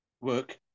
work